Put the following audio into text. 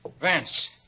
Vance